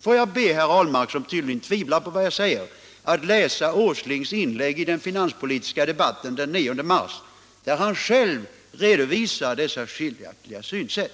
Får jag be herr Ahlmark, som tydligen tvivlar på vad jag säger, att läsa herr Åslings inlägg i den finanspolitiska debatten den 9 mars! Där redovisar han själv dessa skiljaktiga synsätt.